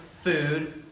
food